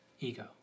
ego